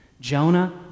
Jonah